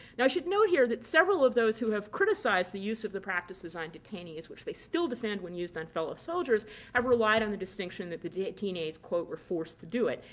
now i should note here that several of those who have criticized the use of the practices on detainees which they still defend when used on fellow soldiers have relied on the distinction that the detainees quote, were forced to do it.